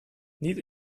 niet